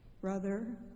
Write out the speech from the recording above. brother